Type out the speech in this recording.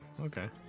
Okay